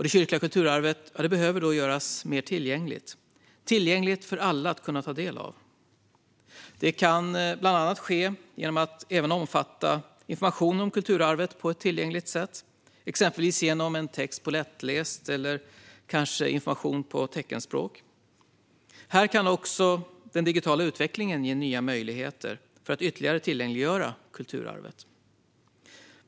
Det kyrkliga kulturarvet behöver då göras mer tillgängligt för alla att ta del av. Detta kan ske bland annat genom att informationen om kulturarvet presenteras på ett tillgängligt sätt, exempelvis genom lättläst text eller kanske på teckenspråk. Den digitala utvecklingen kan också ge nya möjligheter för att ytterligare tillgängliggöra kulturarvet.